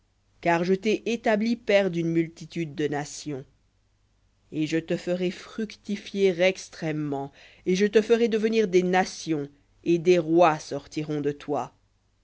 car je t'ai établi père d'une multitude de nations et je te ferai fructifier extrêmement et je te ferai devenir des nations et des rois sortiront de toi